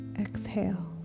Exhale